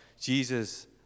Jesus